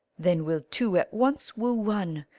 then will two at once woo one.